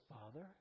Father